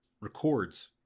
records